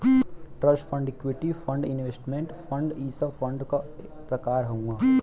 trust fund equity fund investment fund इ सब fund क प्रकार हउवन